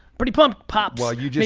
pretty pumped pops you know